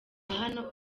hano